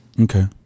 Okay